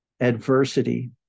Adversity